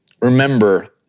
remember